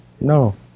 no